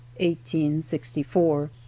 1864